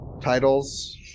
titles